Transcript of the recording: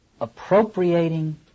appropriating